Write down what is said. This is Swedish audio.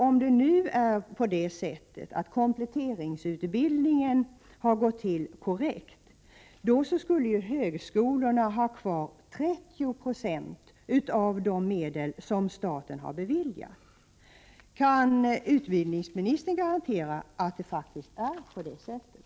Om kompletteringsutbildningen har gått korrekt till, skulle högskolorna ha kvar 30 2 av de medel som staten har beviljat. Kan utbildningsministern garantera att det faktiskt är på det sättet?